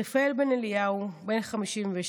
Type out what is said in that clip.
רפאל בן אליהו, בן 56,